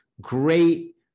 great